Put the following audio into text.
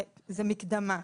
זה מקדמה.